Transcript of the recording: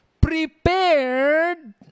Prepared